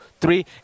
three